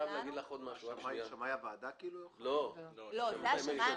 שמאי הוועדה?